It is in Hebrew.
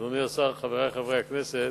אדוני השר, חברי חברי הכנסת,